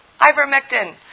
ivermectin